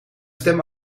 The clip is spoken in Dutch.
stem